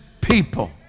people